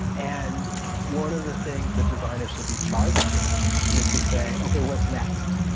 and one of the things that designers should be charged with is to say, okay, what's next?